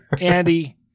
Andy